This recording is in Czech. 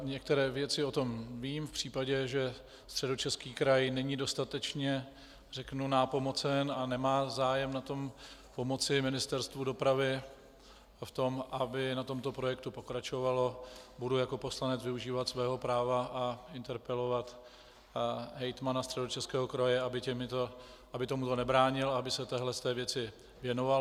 Některé věci, o tom vím, v případě, že Středočeský kraj není dostatečně, řeknu, nápomocen a nemá zájem na tom, pomoci Ministerstvu dopravy v tom, aby na tomto projektu pokračovalo, budu jako poslanec využívat svého práva a interpelovat hejtmana Středočeského kraje, aby tomuto nebránil a aby se této věci věnoval.